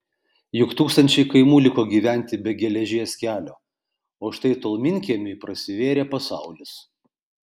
juk tūkstančiai kaimų liko gyventi be geležies kelio o štai tolminkiemiui prasivėrė pasaulis